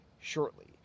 shortly